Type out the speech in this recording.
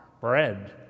bread